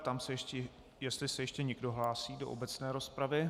Ptám se, jestli se ještě někdo hlásí do obecné rozpravy.